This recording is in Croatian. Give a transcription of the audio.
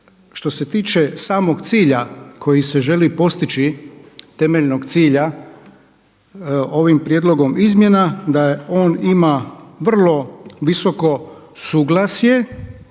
što se tiče samo cilja koji se želi postići, temeljnog cilja ovim prijedlogom izmjena da on ima vrlo visoko suglasje.